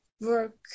work